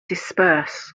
disperse